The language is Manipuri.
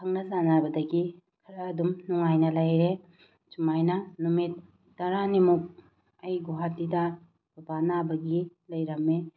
ꯈꯪꯅ ꯆꯥꯟꯅꯕꯗꯒꯤ ꯈꯔ ꯑꯗꯨꯝ ꯅꯨꯡꯉꯥꯏꯅ ꯂꯩꯔꯦ ꯁꯨꯃꯥꯏꯅ ꯅꯨꯃꯤꯠ ꯇꯔꯥꯅꯤꯃꯨꯛ ꯑꯩ ꯒꯨꯍꯥꯇꯤꯗ ꯕꯕꯥ ꯅꯥꯕꯒꯤ ꯂꯩꯔꯝꯃꯦ